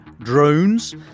drones